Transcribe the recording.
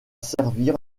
servir